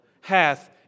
hath